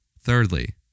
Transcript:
Thirdly